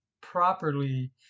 properly